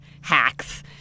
hacks